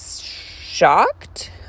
shocked